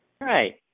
Right